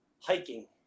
hiking